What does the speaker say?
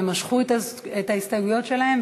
הם משכו את ההסתייגויות שלהם,